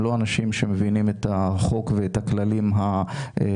הם לא אנשים שמבינים את החוק ואת הכללים לדקויות